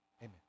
Amen